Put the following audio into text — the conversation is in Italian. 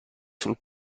sul